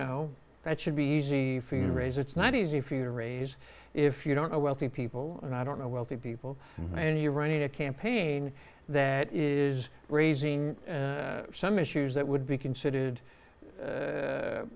know that should be easy for you to raise it's not easy for you to raise if you don't know wealthy people and i don't know wealthy people and you're running a campaign that is raising some issues that would be considered